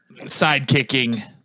Sidekicking